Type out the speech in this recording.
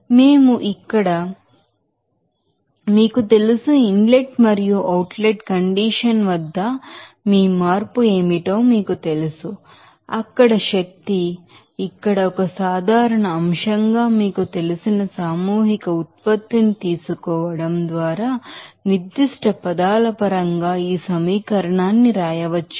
కాబట్టి మేము ఇక్కడ మీకు తెలుసు ఇన్లెట్ మరియు అవుట్ లెట్ కండిషన్ వద్ద మీ మార్పు ఏమిటో మీకు తెలుసు అక్కడ శక్తి ఇక్కడ ఒక సాధారణ అంశంగా మీకు తెలిసిన సామూహిక ఉత్పత్తిని తీసుకోవడం ద్వారా నిర్దిష్ట పదాల పరంగా ఈ సమీకరణాన్ని వ్రాయవచ్చు